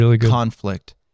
conflict